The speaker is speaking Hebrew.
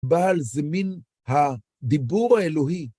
בעל זה מין הדיבור האלוהי.